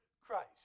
Christ